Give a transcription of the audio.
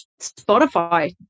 Spotify